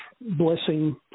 Blessing